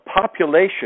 population